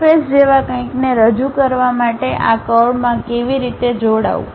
surface જેવા કંઈકને રજૂ કરવા આ કરવમાં કેવી રીતે જોડાવું